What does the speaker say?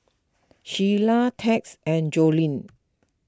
Shiela Tex and Joleen